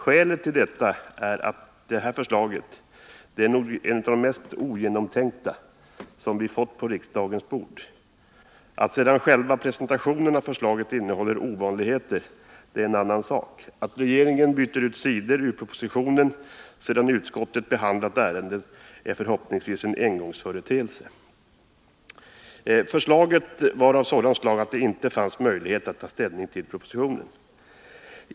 Skälet till detta är att förslaget är kanske ett av de mest ogenomtänkta som vi fått på riksdagens bord. Att sedan själva presentationen av förslaget innhåller ovanligheter är en annan sak. Att regeringen byter utsidori propositionen sedan utskottet behandlat ärendet är förhoppningsvis en engångsföreteelse. Förslaget var av sådant slag att det inte fanns någon möjlighet att ta ställning till propositionen.